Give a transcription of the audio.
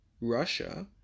Russia